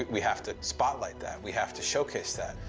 we have to spotlight that. we have to showcase that.